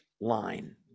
line